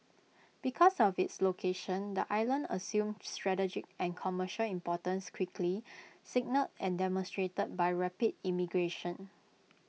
because of its location the island assumed strategic and commercial importance quickly signalled and demonstrated by rapid immigration